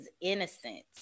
innocent